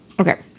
Okay